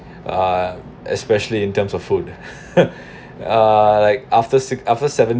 uh especially in terms of food uh like after six after seven